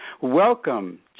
welcome